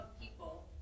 people